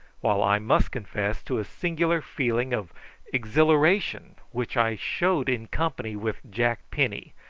while i must confess to a singular feeling of exhilaration which i showed in company with jack penny,